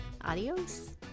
Adios